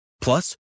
Plus